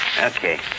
Okay